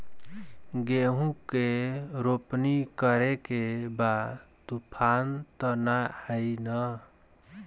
गेहूं के रोपनी करे के बा तूफान त ना आई न?